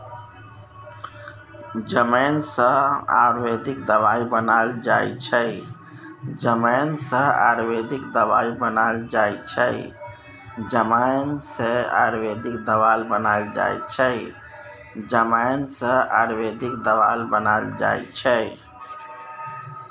जमैन सँ आयुर्वेदिक दबाई बनाएल जाइ छै